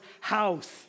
house